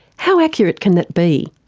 how accurate can that be?